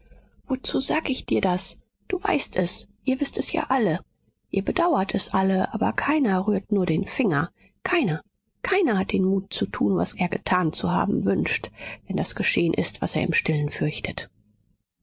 wozu sage ich dir das du weißt es ihr wißt es ja alle ihr bedauert es alle aber keiner rührt nur den finger keiner keiner hat den mut zu tun was er getan zu haben wünscht wenn das geschehen ist was er im stillen fürchtet